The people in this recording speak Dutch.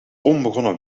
onbegonnen